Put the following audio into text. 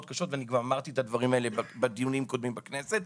קשים ואני כבר אמרתי את הדברים האלה בדיונים הקודמים בכנסת.